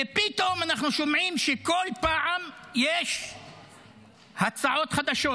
ופתאום אנחנו שומעים שכל פעם יש הצעות חדשות,